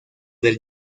del